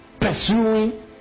pursuing